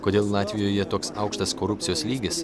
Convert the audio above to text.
kodėl latvijoje toks aukštas korupcijos lygis